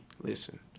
listen